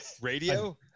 radio